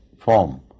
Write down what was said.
form